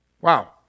Wow